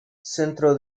centro